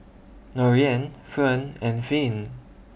Lorean Fern and Finn